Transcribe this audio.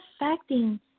affecting